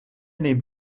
nehmt